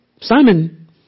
Simon